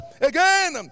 again